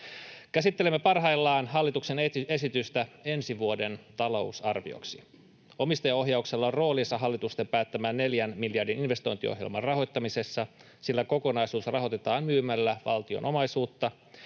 Käsittelemme parhaillaan hallituksen esitystä ensi vuoden talousarvioksi. Omistajaohjauksella on roolinsa hallituksen päättämän neljän miljardin investointiohjelman rahoittamisessa, sillä kokonaisuus rahoitetaan myymällä valtion omaisuutta,